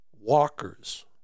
walkers